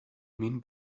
mean